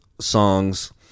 songs